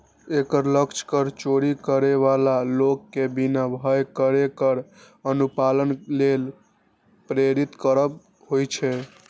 एकर लक्ष्य कर चोरी करै बला लोक कें बिना भय केर कर अनुपालन लेल प्रेरित करब होइ छै